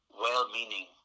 well-meaning